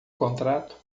contrato